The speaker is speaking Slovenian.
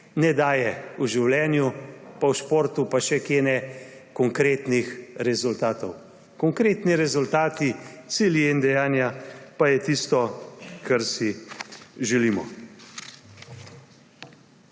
ne daje v življenju, v športu, pa še kje ne konkretnih rezultatov. Konkretni rezultati, cilji in dejanja pa so tisto, kar si želimo.